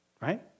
right